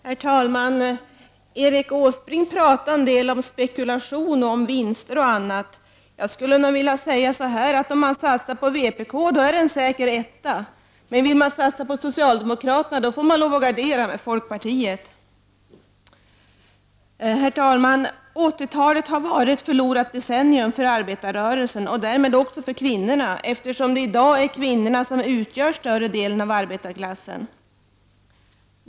Herr talman! Erik Åsbrink talade en del om spekulation, vinster och annat. Jag skulle nog vilja säga att om man satsar på vpk är det en säker etta, men vill man satsa på socialdemokraterna får man lov att gardera med folkpartiet. 1980-talet har varit ett förlorat decennium för arbetarrörelsen, och därmed även för kvinnorna, eftersom kvinnorna i dag utgör större delen av arbetarklassen.